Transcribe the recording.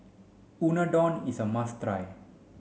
Unadon is a must try